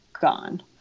gone